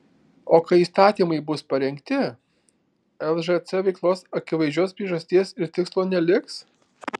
o kai įstatymai bus parengti lžc veiklos akivaizdžios priežasties ir tikslo neliks